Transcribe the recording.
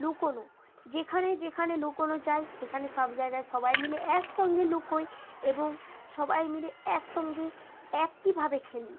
লুকোনো যেখানে যেখানে লুকোনো যায় সেখানে সব জায়গায় সবাই মিলে একসঙ্গে লুকোই এবং সবাই মিলে একসঙ্গেই একইভাবে খেলি